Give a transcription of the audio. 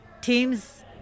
teams